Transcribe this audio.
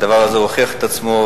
הדבר הזה הוכיח את עצמו,